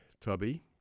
Tubby